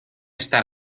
estar